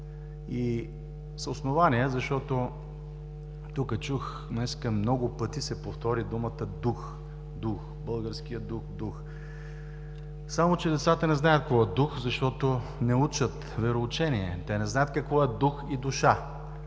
и с основание, защото днес тук чух, много пъти се повтори думата „дух“ и „българският дух“. Само че децата не знаят какво е дух, защото не учат вероучение. Те не знаят какво е дух и душа.